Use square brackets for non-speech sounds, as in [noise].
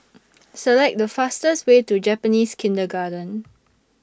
[noise] Select The fastest Way to Japanese Kindergarten